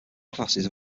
classes